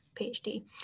PhD